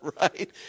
right